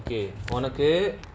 okay ஒனக்கு:onaku